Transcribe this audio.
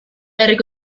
herriko